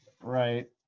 right